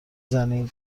زنی